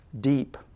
deep